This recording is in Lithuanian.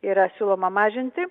yra siūloma mažinti